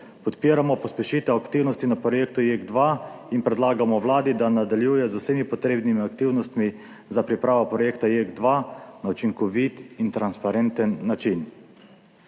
»Podpiramo pospešitev aktivnosti na projektu JEK2 in predlagamo Vladi, da nadaljuje z vsemi potrebnimi aktivnostmi za pripravo projekta JEK2 na učinkovit in transparenten način.«